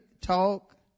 talk